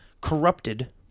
corrupted